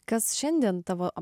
kas šiandien tavo